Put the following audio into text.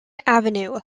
avenue